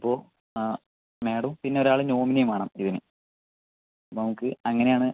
അപ്പോൾ മാഡം പിന്നെ ഒരാൾ നോമിനിയും വേണം ഇതിന് നമുക്ക് അങ്ങനെയാണ്